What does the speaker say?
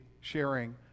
sharing